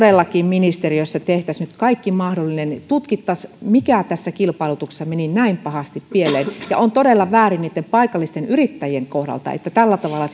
todellakin ministeriössä tehtäisiin nyt kaikki mahdollinen tutkittaisiin mikä tässä kilpailutuksessa meni näin pahasti pieleen ja on todella väärin niitten paikallisten yrittäjien kohdalta että tällä tavalla